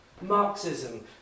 Marxism